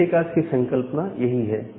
तो मल्टीकास्ट की संकल्पना यही है